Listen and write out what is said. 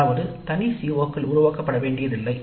அதாவது தனி CO கள் உருவாக்கப்பட வேண்டியதில்லை